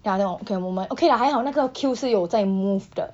then after that 我 okay 我们 okay lah 还好那个 queue 是有在 move 的